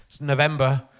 November